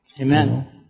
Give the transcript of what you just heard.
Amen